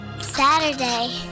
Saturday